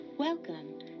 Welcome